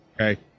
okay